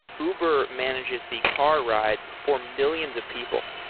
uber manages the car rides for millions of people.